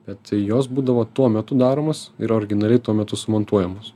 bet tai jos būdavo tuo metu daromos ir originaliai tuo metu sumontuojamos